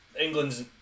England's